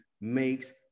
makes